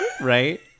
right